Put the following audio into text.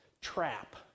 trap